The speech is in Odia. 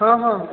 ହଁ ହଁ